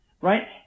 right